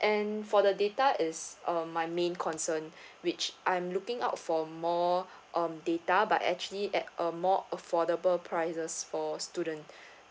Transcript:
and for the data is uh my main concern which I'm looking out for more um data but actually at a more affordable prices for student